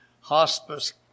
hospice